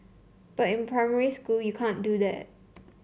but in primary school you can't do that